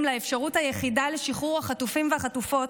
לאפשרות היחידה לשחרור החטופים והחטופות.